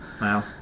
wow